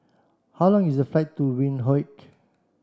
how long is the flight to Windhoek